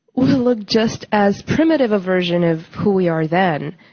will look just as primitive of version of who we are then.